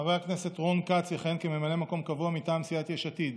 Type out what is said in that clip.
חבר הכנסת רון כץ יכהן כממלא מקום קבוע מטעם סיעת יש עתיד.